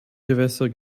gewässer